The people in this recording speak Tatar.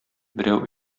берәү